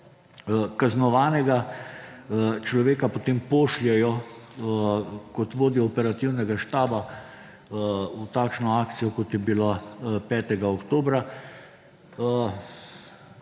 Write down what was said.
kaznovanega človeka potem pošljejo kot vodjo operativnega štaba v takšno akcijo, kot je bila 5. oktobra,